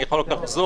אני יכול רק לחזור.